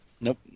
nope